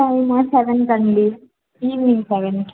అవునా సెవెన్ కండీ evening seven కి